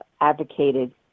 advocated